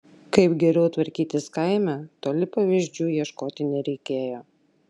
kaip geriau tvarkytis kaime toli pavyzdžių ieškoti nereikėjo